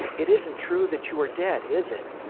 it isn't true that you are dead, is it?